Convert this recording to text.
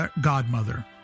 godmother